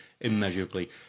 Immeasurably